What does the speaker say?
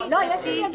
דתי,